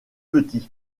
petits